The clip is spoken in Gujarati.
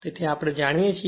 તેથી આપણે આ જાણીએ છીએ